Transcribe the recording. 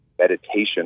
meditation